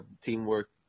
teamwork